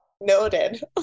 noted